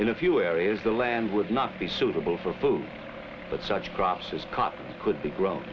in a few areas the land would not be suitable for food but such crops is cut could be grown